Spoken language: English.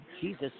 Jesus